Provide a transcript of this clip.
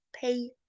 pay